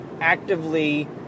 actively